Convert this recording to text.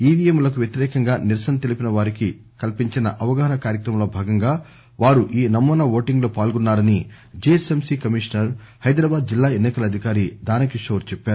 ఈవీఎంలకు వ్యతిరేకంగా నిరసన తెలిపిన వారికి కల్పించిన అవగాహన కార్యక్రమంలో భాగంగా వారు ఈ నమూనా ఓటింగ్ లో పాల్గొన్నా రని జీహెచ్ఎంసీ కమిషనర్ హైదరాబాద్ జిల్లా ఎన్ని కల అధికారి దానకిశోర్ చెప్పారు